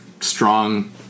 strong